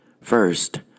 First